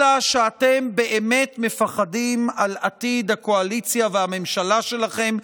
אלא שאתם באמת חוששים לעתיד הקואליציה והממשלה שלכם,